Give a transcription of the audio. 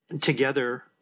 together